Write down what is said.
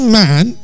man